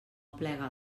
aplega